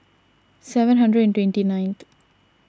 seven hundred and twenty ninth